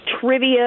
trivia